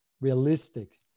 realistic